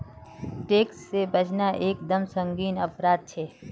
tax से बचना एक दम संगीन अपराध छे